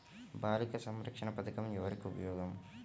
బాలిక సంరక్షణ పథకం ఎవరికి ఉపయోగము?